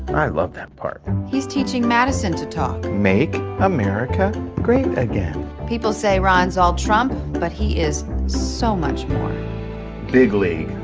i love that part he's teaching madison to talk make america great again people say ron's all trump, but he is so much more big league.